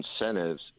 incentives